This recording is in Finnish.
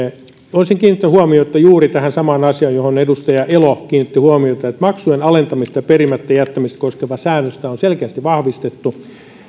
olisin kiinnittänyt huomiota juuri tähän samaan asiaan johon edustaja elo kiinnitti huomiota että maksujen alentamista ja perimättä jättämistä koskevaa säännöstä on selkeästi vahvistettu